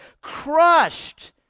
crushed